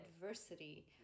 adversity